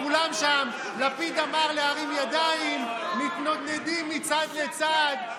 כולם שם: לפיד אמר להרים ידיים, מתנדנדים מצד לצד.